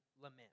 lament